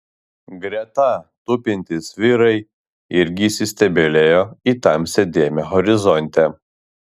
greta tupintys vyrai irgi įsistebeilijo į tamsią dėmę horizonte